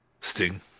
sting